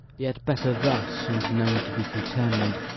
yet better thus, and known to be contemn'd,